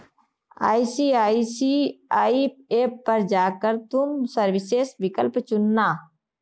ICICI app पर जा कर तुम सर्विसेस विकल्प चुनना